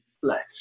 flesh